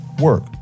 work